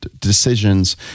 decisions